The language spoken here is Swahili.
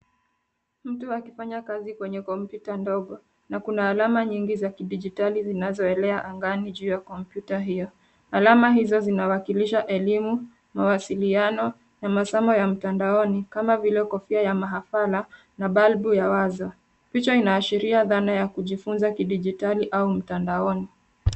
Mtu akifanya kazi kwenye kompyuta ndogo na kuna alama nyingi za kidijitali zinazoelea angani juu ya kompyuta hio. Alama hizo zinawakilisha elimu, mawasiliano na masomo ya mtandaoni kama vile kofia ya mahafala na balbu ya wazo. Picha inaashiria dhana ya kujifuza kidijitali au mtandaoni.